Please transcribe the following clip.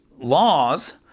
laws